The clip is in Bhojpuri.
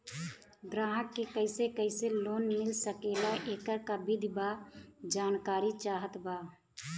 ग्राहक के कैसे कैसे लोन मिल सकेला येकर का विधि बा जानकारी चाहत बा?